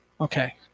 Okay